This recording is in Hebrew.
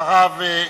אחריו,